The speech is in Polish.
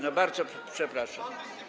No bardzo przepraszam.